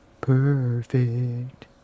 perfect